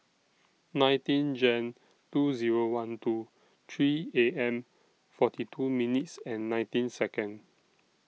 nineteen Jan two Zero one two three A M forty two minutes and nineteen Second